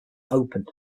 open